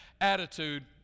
attitude